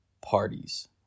parties